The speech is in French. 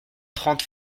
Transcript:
trente